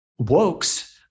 wokes